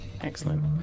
Excellent